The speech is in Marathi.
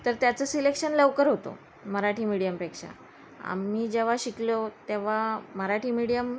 तर त्याचं सिलेक्शन लवकर होतो मराठी मिडियमपेक्षा आम्ही जेव्हा शिकलो तेव्हा मराठी मीडियम